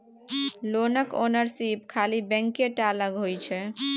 लोनक ओनरशिप खाली बैंके टा लग होइ छै